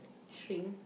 shrink